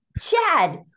Chad